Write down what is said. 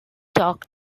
talk